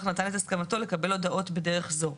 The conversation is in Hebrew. נתן את הסכמתו לקבל הודעות בדרך זו,